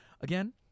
Again